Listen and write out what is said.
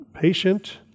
patient